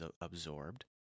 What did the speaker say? absorbed